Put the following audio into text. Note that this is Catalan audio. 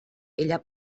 ella